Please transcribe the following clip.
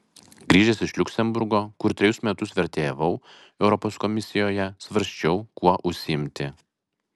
grįžęs iš liuksemburgo kur trejus metus vertėjavau europos komisijoje svarsčiau kuo užsiimti